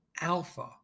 alpha